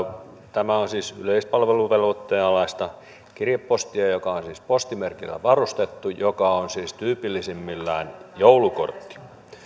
tämä on siis yleispalveluvelvoitteen alaista kirjepostia joka on siis postimerkillä varustettua joka on siis tyypillisimmillään joulukortti